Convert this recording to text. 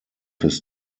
his